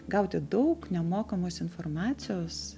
gauti daug nemokamos informacijos